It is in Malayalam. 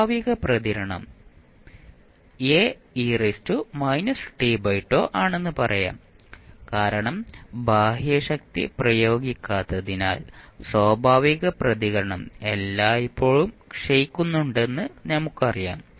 സ്വാഭാവിക പ്രതികരണം A ആണെന്ന് പറയാം കാരണം ബാഹ്യശക്തി പ്രയോഗിക്കാത്തതിനാൽ സ്വാഭാവിക പ്രതികരണം എല്ലായ്പ്പോഴും ക്ഷയിക്കുന്നുണ്ടെന്ന് നമുക്കറിയാം